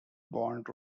bond